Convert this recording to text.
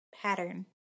pattern